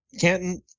Canton